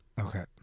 Okay